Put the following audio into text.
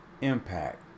impact